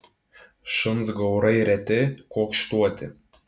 šuns gaurai reti kuokštuoti